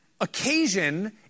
occasion